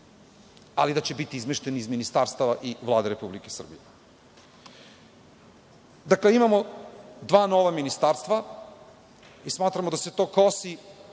ali da će biti izmešteni iz ministarstava i Vlade Republike Srbije. Imamo dva nova ministarstva i smatramo da se to kosi